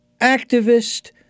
activist